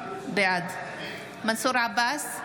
בעד מנסור עבאס,